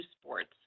sports